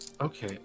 Okay